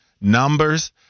numbers